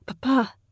Papa